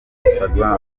instagram